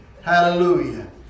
Hallelujah